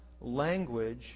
language